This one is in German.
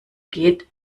geht